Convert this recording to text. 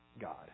God